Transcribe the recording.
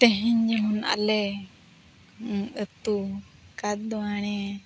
ᱛᱮᱦᱮᱧ ᱡᱮᱢᱚᱱ ᱟᱞᱮ ᱟᱛᱳ ᱠᱟᱫᱣᱟᱲᱮ